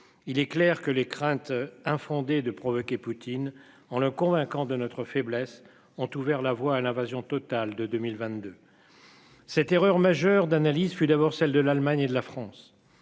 Il est clair que les craintes infondées de provoquer Poutine en le convainquant de notre faiblesse ont ouvert la voie à l'invasion totale de 2022. Cette erreur majeure d'analyse fut d'abord celle de l'Allemagne et de la France.